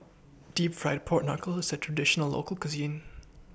Deep Fried Pork Knuckle IS A Traditional Local Cuisine